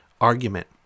argument